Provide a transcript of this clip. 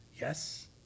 yes